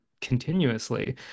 continuously